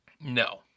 No